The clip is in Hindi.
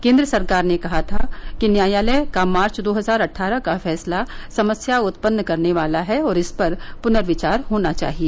केन्द्र सरकार ने कहा था कि न्यायालय का मार्च दो हजार अट्ठारह का फैसला समस्या उत्पन्न करने वाला है और इस पर पुनर्विचार होना चाहिए